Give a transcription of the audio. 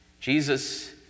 Jesus